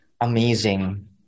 amazing